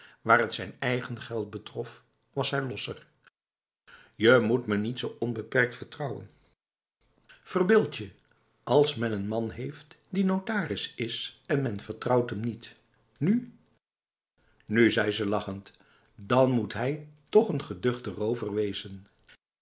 waar het zijn eigen geld betrof was hij lossej je moet me niet zo onbeperkt vertrouwen verbeeld je als men n man heeft die notaris is en men vertrouwt hem nieti nu nu zei ze lachend dan moet hij toch n geduchte rover wezen